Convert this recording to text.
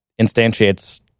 instantiates